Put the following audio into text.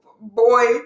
boy